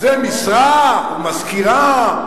זה משרה עם מזכירה,